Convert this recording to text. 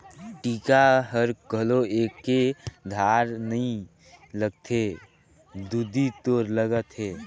टीका हर घलो एके धार नइ लगथे दुदि तोर लगत हे